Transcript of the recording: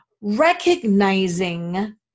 Recognizing